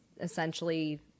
essentially